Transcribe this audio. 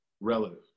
relative